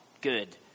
good